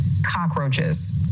cockroaches